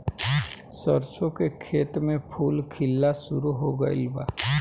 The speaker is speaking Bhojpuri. सरसों के खेत में फूल खिलना शुरू हो गइल बा